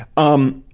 um, ah,